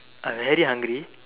I'm very hungry